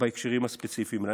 בהקשרים הספציפיים האלה.